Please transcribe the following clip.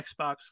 Xbox